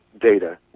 data